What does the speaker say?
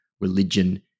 religion